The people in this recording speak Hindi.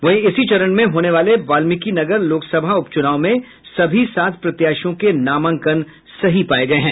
वहीं इसी चरण में होने वाले वाल्मिकी नगर लोकसभा उपचुनाव में सभी सात प्रत्याशियों के नामांकन सही पाये गये हैं